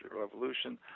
Revolution